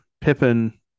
Pippin